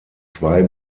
zwei